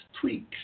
tweaks